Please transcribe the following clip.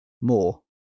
more